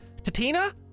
Tatina